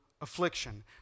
affliction